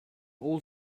all